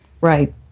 Right